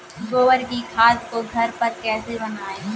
गोबर की खाद को घर पर कैसे बनाएँ?